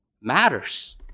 matters